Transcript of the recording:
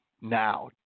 Now